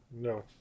No